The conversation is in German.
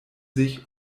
sich